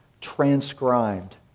transcribed